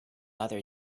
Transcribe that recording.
other